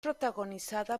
protagonizada